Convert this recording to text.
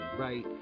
right